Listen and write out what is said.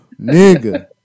Nigga